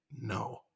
no